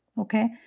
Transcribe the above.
okay